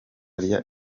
rya